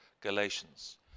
Galatians